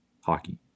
hockey